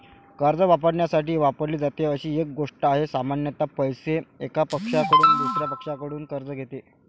कर्ज वापरण्यासाठी वापरली जाते अशी एक गोष्ट आहे, सामान्यत पैसे, एका पक्षाकडून दुसर्या पक्षाकडून कर्ज घेते